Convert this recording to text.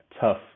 tough